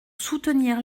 soutenir